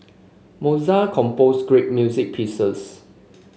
Mozart composed great music pieces